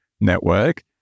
network